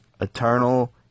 eternal